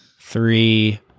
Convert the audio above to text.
three